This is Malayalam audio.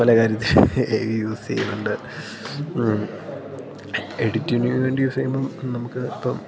പല കാര്യത്തിൽ ഏ ഐ യൂസ്സ് ചെയ്യുന്നുണ്ട് എഡിറ്റിങ്ങിന് വേണ്ടി യൂസ് ചെയ്യുമ്പം നമുക്ക് ഇപ്പം